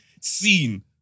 seen